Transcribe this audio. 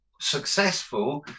successful